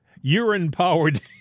urine-powered